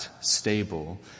stable